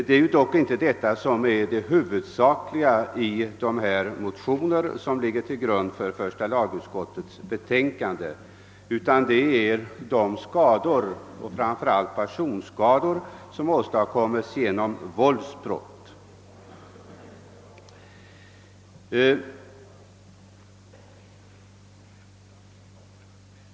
Det är dock inte sådana problem som i första hand tas upp i de motioner som behandlas i första lagutskottets utlåtande, utan framför allt personskador som åstadkommes genom våldsbrott.